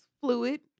fluid